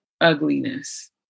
ugliness